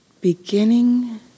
beginning